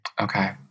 Okay